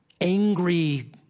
angry